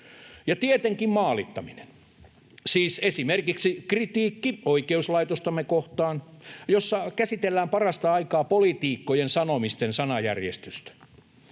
tietenkin maalittaminen, siis esimerkiksi kritiikki oikeuslaitostamme kohtaan, jossa käsitellään parasta aikaa poliitikkojen sanomisten sanajärjestystä.